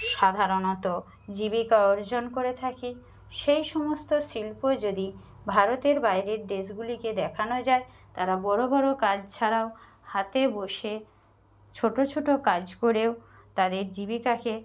সাধারণত জীবিকা অর্জন করে থাকি সেই সমস্ত শিল্প যদি ভারতের বাইরের দেশগুলিকে দেখানো যায় তারা বড়ো বড়ো কাজ ছাড়াও হাতে বসে ছোটো ছোটো কাজ করেও তাদের জীবিকাকে